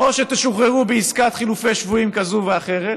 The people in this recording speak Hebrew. או שתשוחררו בעסקת חילופי שבויים כזאת או אחרת